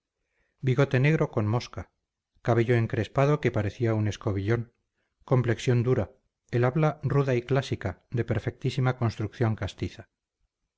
bigote negro con mosca cabello encrespado que parecía un escobillón complexión dura el habla ruda y clásica de perfectísima construcción castiza